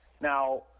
Now